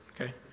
okay